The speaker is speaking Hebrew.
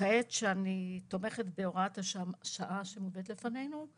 כעת שאני תומכת בהוראת השעה שמובאת לפנינו.